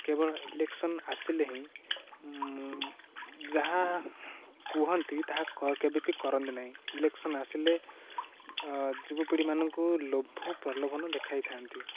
କେବଳ ଇଲେକ୍ସନ୍ ଆସିଲେ ହିଁ ଯାହା କୁହନ୍ତି ତାହା କେବେବି କରନ୍ତି ନାହିଁ ଇଲେକ୍ସନ୍ ଆସିଲେ ଯୁବପିଢ଼ିମାନଙ୍କୁ ଲୋଭ ପ୍ରଲୋଭନ ଦେଖାଇଥାନ୍ତି